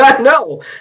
no